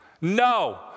no